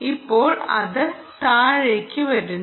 ഇപ്പോൾ അത് താഴേക്ക് വരുന്നു